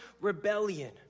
rebellion